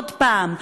עוד פעם,